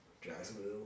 Jacksonville